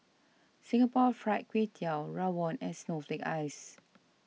Singapore Fried Kway Tiao Rawon and Snowflake Ice